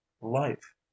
life